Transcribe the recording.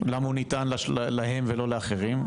למה הוא ניתן להם ולא לאחרים?